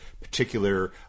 particular